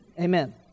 Amen